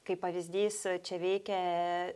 kaip pavyzdys čia veikia